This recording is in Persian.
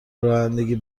رانندگی